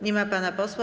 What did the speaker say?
Nie ma pana posła.